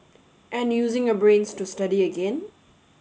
and using your brains to study again